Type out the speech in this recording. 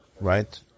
right